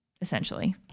essentially